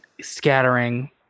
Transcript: scattering